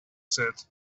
said